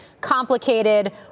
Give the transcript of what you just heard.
complicated